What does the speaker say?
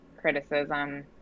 criticism